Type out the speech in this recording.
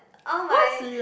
oh my